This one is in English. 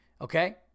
okay